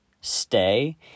stay